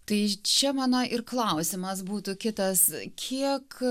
tai čia mano ir klausimas būtų kitas kiek